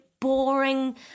boring